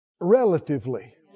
relatively